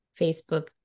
Facebook